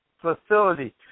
facility